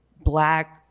black